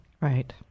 Right